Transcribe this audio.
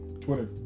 Twitter